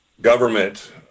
government